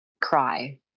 cry